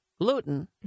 gluten